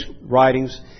writings